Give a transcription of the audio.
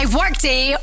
workday